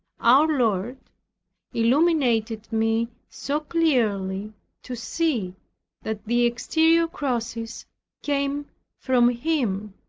our lord illuminated me so clearly to see that the exterior crosses came from him,